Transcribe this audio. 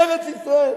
ארץ-ישראל.